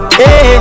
hey